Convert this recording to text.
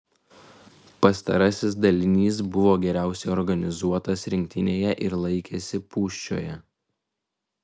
pastarasis dalinys buvo geriausiai organizuotas rinktinėje ir laikėsi pūščioje